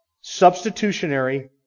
substitutionary